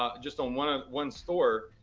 ah just on one ah one store,